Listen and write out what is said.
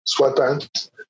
sweatpants